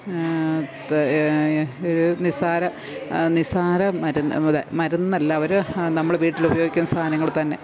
ത് ഇത് നിസാര നിസാര മരുന്ന് ഇത് മരുന്നല്ല അവര് നമ്മള് വീട്ടിലുപയോഗിക്കുന്ന സാധനങ്ങള് തന്നെ